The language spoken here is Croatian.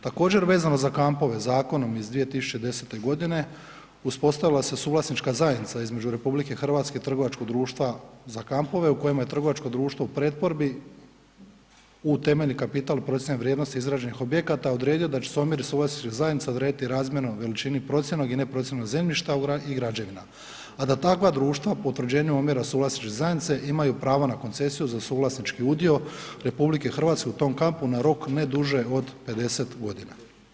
Također vezano za kampove zakonom iz 2010. godine uspostavila se suvlasnička zajednica između RH i trgovačkog društva za kampove u kojima je trgovačko društvo u pretvorbi u temeljni kapital procijenjene vrijednosti izraženih objekata odredio da će se omjeri suvlasničkih zajednica odrediti razmjerno veličini procijenjenog i neprocijenjenog zemljišta i građevina, a da takva društva po utvrđenju omjera suvlasničke zajednice imaju pravo na koncesiju za suvlasnički udio RH u tom kampu na rok ne duže od 50 godina.